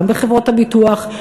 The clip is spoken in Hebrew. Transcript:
גם בחברות הביטוח,